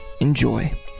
Enjoy